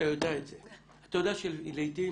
יודע שלעיתים